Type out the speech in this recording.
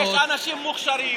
יש אנשים מוכשרים,